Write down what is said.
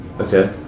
Okay